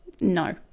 no